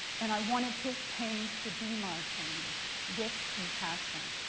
and i wanted his pains to be my pains with compassion.